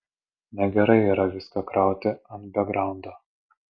negerai yra viską krauti ant bekgraundo